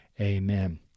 Amen